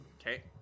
Okay